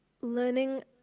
Learning